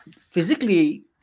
physically